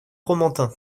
fromantin